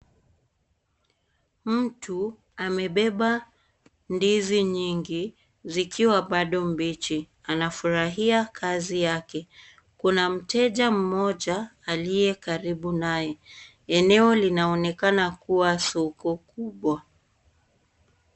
Mtu amebeba ndizi nyingi zikiwa bado mbichi. Anafurahia kazi yake. Kuna mteja mmoja aliye karibu naye. Eneo linaonekana kuwa soko kubwa.